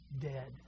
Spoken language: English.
dead